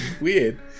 weird